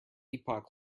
epoch